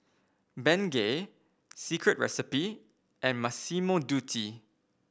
Bengay Secret Recipe and Massimo Dutti